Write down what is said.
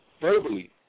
verbally